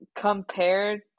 Compared